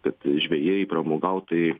kad žvejai pramogautojai